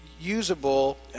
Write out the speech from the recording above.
usable